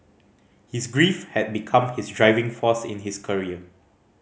his grief had become his driving force in his career